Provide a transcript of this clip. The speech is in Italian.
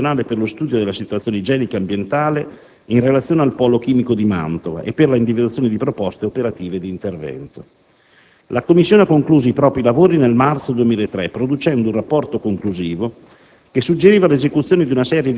era stata istituita una commissione nazionale «per lo studio della situazione igienico-ambientale in relazione al polo chimico di Mantova e per la individuazione di proposte operative di intervento». La commissione ha concluso i propri lavori nel marzo 2003, producendo un rapporto conclusivo